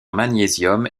magnésium